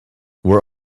were